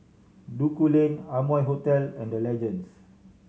Duku Lane Amoy Hotel and The Legends